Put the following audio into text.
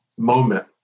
moment